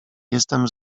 jestem